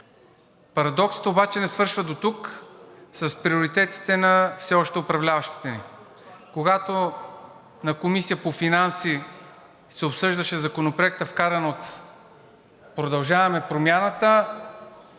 Парадоксът обаче не свършва дотук с приоритетите на все още управляващите ни. Когато в Комисията по финанси се обсъждаше законопроект, вкаран от „Продължаваме Промяната“,